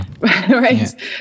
right